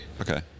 okay